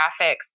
graphics